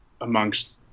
amongst